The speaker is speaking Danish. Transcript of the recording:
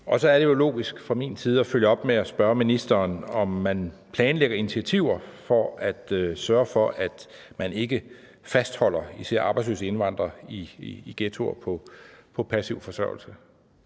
Så er det jo logisk fra min side at følge det op med at spørge ministeren om, om man planlægger initiativer for at sørge for, at man ikke fastholder især arbejdsløse indvandrere i ghettoer på passiv forsørgelse.